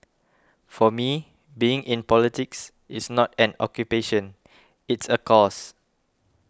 for me being in politics is not an occupation it's a cause